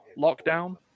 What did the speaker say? lockdown